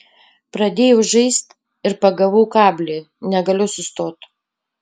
pradėjau žaist ir pagavau kablį negaliu sustot